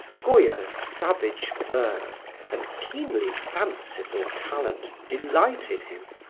goya's savage verve and keenly fanciful talent delighted him,